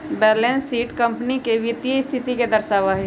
balance sheet company के वित्तीय स्थिति के दर्शावा हई